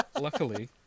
luckily